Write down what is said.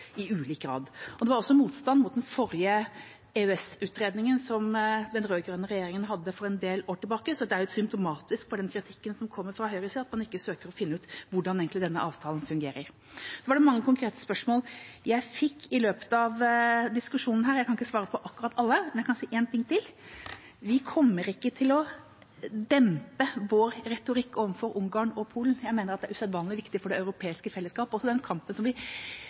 i ulik grad. Det var også motstand mot den forrige EØS-utredningen som den rød-grønne regjeringen hadde for en del år tilbake, så det er symptomatisk for kritikken som kommer fra høyresiden, at man ikke søker å finne ut hvordan denne avtalen egentlig fungerer. Jeg fikk mange konkrete spørsmål i løpet av diskusjonen her. Jeg kan ikke svare på alle, men jeg kan si én ting til. Vi kommer ikke til å dempe vår retorikk overfor Ungarn og Polen. Jeg mener det er usedvanlig viktig for det europeiske fellesskap og den kampen vi fører for demokrati i Ukraina, at vi